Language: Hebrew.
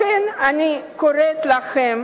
לכן אני קוראת לכם,